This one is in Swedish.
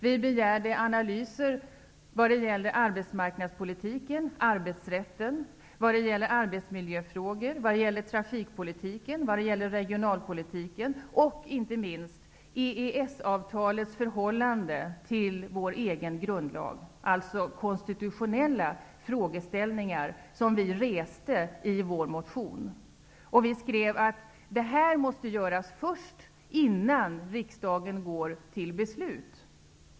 Vi begärde analyser när det gäller arbetsmarknadspolitiken, arbetsrätten, arbetsmiljöfrågor, trafikpolitik, regionalpolitik och inte minst EES-avtalets förhållande till vår egen grundlag. Det var alltså konstitutionella frågeställningar som vi reste i vår motion. Vi skrev att detta måste göras först, innan riksdagen går till beslut.